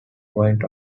point